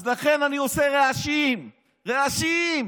אז לכן אני עושה רעשים, רעשים.